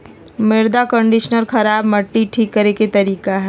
मृदा कंडीशनर खराब मट्टी ठीक करे के तरीका हइ